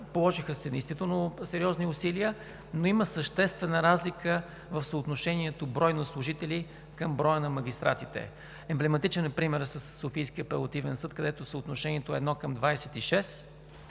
Положиха се действително сериозни усилия, но има съществена разлика в съотношението брой на служители към броя на магистратите. Емблематичен е примерът със Софийския апелативен съд, където съотношението е едно към